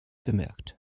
bemerkt